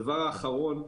הדבר האחרון,